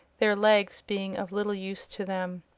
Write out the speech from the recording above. their legs being of little use to them.